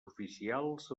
oficials